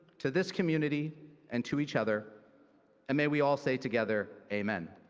to this community and to each other and may we all say together, amen.